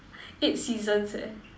eight seasons eh